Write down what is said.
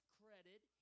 credit